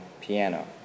piano